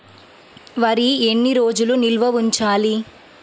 వరి ఎన్ని రోజులు నిల్వ ఉంచాలి?